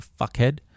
fuckhead